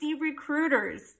recruiters